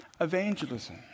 evangelism